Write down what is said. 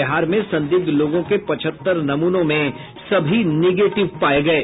बिहार में संदिग्ध लोगों के पचहत्तर नमूनों में सभी निगेटिव पाये गये